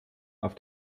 auf